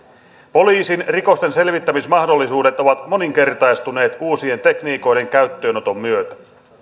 poliisin rikostenselvittämismahdollisuudet ovat moninkertaistuneet uusien tekniikoiden käyttöönoton myötä